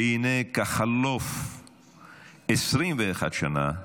והינה, בחלוף 21 שנה,